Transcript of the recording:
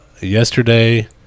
yesterday